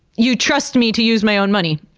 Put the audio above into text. you trust me to use my own money.